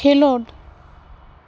ᱠᱷᱮᱞᱳᱰ